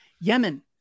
Yemen